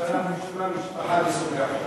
עכשיו אנחנו נשמע על משפחה מסוג אחר.